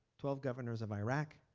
twelve governors of iraq.